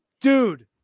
Dude